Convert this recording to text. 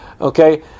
Okay